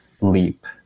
leap